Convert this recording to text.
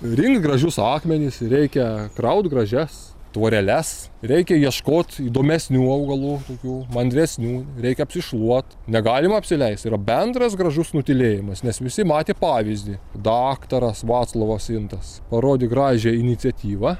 rinkt gražius akmenis reikia kraut gražias tvoreles reikia ieškot įdomesnių augalų tokių mandresnių reikia apsišluot negalima apsileist ir bendras gražus nutylėjimas nes visi matė pavyzdį daktaras vaclovas intas parodė gražią iniciatyvą